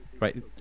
Right